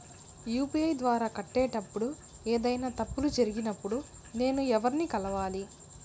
UPI ద్వారా కట్టేటప్పుడు ఏదైనా తప్పులు జరిగినప్పుడు నేను ఎవర్ని కలవాలి?